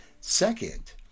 Second